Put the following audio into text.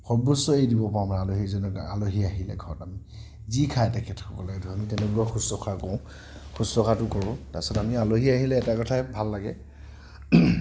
সৰ্বোচ্চ এৰি দিব পাৰোঁ আলহীজনৰ আলহী এজনক আলহী আহিলে ঘৰত আমি যি খাই তেখেতসকলে ধৰক তেওঁলোকক শুশ্ৰূষা কৰোঁ শুশ্ৰূষাটো কৰোঁ তাৰ পিছত আমি আলহী আহিলে এটা কথাই ভাল লাগে